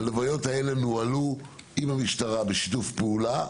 הלוויות הללו נוהלו עם המשטרה בשיתוף פעולה,